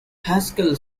haskell